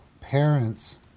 parents